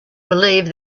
believe